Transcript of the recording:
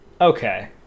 okay